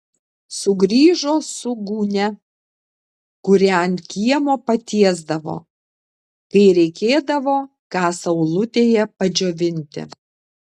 sugrįžo su gūnia kurią ant kiemo patiesdavo kai reikėdavo ką saulutėje padžiovinti